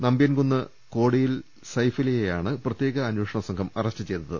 നമ്പിയൻകുന്ന് കോടിയിൽ സൈഫലിയെയാണ് പ്രത്യേക അന്വേഷണ സംഘം അറസ്റ്റ് ചെയ്തത്